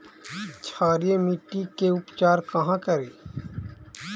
क्षारीय मिट्टी के उपचार कहा करी?